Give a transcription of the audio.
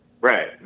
Right